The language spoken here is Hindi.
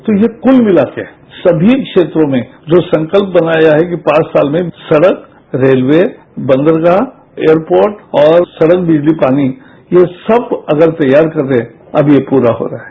तो ये कूल मिला के सभी क्षेत्रों में जो संकल्प बनाया है कि पांच साल में सड़क रेलये बंदरगाह एयरपोर्ट और सड़क बिजली पानी ये सब अगर तैयार करे अब ये पूरा हो रहा है